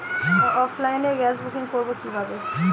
অফলাইনে গ্যাসের বুকিং করব কিভাবে?